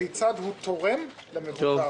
כיצד הוא תורם למבוקר,